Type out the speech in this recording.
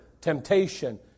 temptation